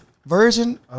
Version